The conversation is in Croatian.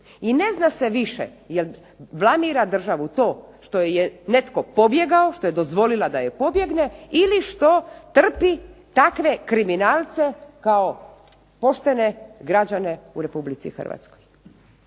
I ne zna se više jel blamira državu to što joj je netko pobjegao, što je dozvolila da joj pobjegne, ili što trpi takve kriminalce kao poštene građane u RH. I to